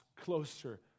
closer